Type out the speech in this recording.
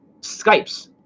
Skypes